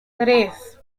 tres